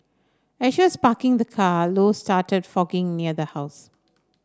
as she was parking the car low started fogging near the house